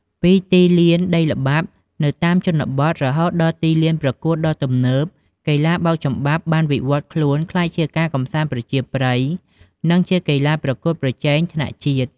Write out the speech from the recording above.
ពីទីលានដីល្បាប់នៅតាមជនបទ រហូតដល់ទីលានប្រកួតដ៏ទំនើប គីទ្បាបោកចំបាប់បានវិវឌ្ឍខ្លួនក្លាយជាការកម្សាន្តប្រជាប្រិយ និងជាកីឡាប្រកួតប្រជែងថ្នាក់ជាតិ។